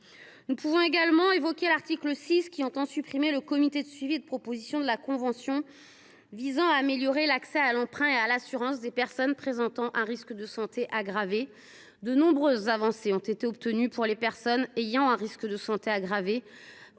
J’évoquerai également l’article 6, qui tend à supprimer la commission de suivi et de propositions de la convention visant à améliorer l’accès à l’emprunt et à l’assurance des personnes présentant un risque aggravé de santé. De nombreuses avancées ont été obtenues pour les personnes ayant un risque aggravé